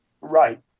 Right